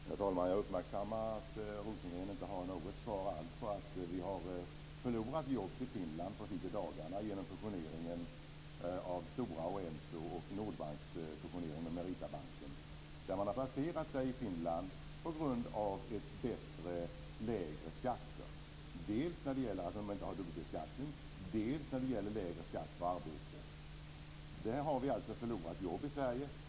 Herr talman! Jag uppmärksammar att Rosengren inte har något svar alls på detta att vi precis i dagarna ha förlorat jobb till Finland genom fusioneringen av Meritabanken. Där har man placerat sig i Finland på grund av lägre skatter. Det gäller dels att de inte har dubbelbeskattning, dels att de har lägre skatt på arbete. Där har vi alltså förlorat jobb i Sverige.